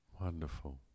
wonderful